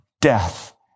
Death